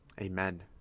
Amen